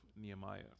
nehemiah